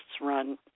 run